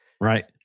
Right